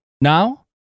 now